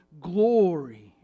glory